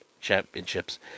championships